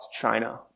China